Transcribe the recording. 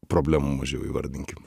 problemų mažiau įvardinkim